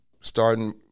starting